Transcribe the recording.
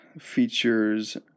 features